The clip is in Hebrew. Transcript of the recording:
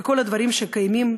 לכל הדברים שקיימים,